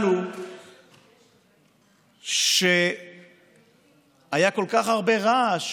הוא שהיה כל כך הרבה רעש